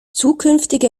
zukünftige